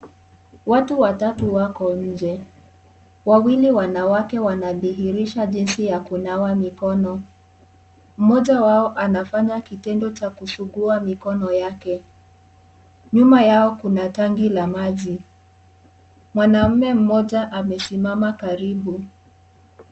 Watu watatu wako nje wawili wanawake wanadhihirisha jisi ya kunawa mikono, mmoja wao anafanya kitendo cha kusugua mikono yake, nyuma yao kuna tanki ya maji, mwanaume mmoja amesimama karibu.